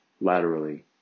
laterally